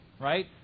right